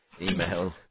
email